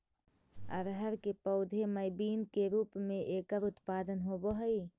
अरहर के पौधे मैं बीन के रूप में एकर उत्पादन होवअ हई